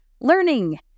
Learning